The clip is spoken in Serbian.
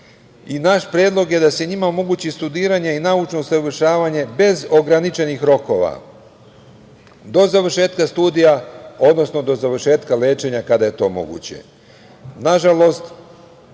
Naš predlog je da se njima omogući studiranje i naučno usavršavanje bez ograničenih rokova do završetka studija, odnosno do završetka lečenja kada je to